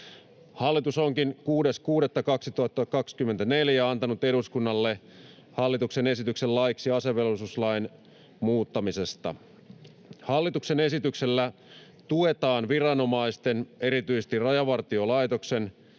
Hallitus onkin 6.6.2024 antanut eduskunnalle hallituksen esityksen laiksi asevelvollisuuslain muuttamisesta. Hallituksen esityksellä tuetaan viranomaisten, erityisesti Rajavartiolaitoksen,